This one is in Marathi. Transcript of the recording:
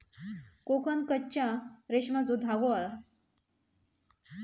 कोकन कच्च्या रेशमाचो धागो हा